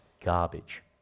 garbage